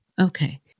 Okay